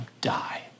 die